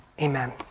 amen